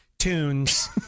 tunes